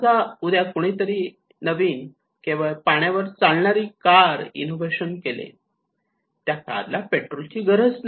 समजा उद्या कुणीतरी नवीन केवळ पाण्यावर चालणारी कार इनोव्हेशन केले त्या कारला पेट्रोलची गरज नाही